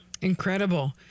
Incredible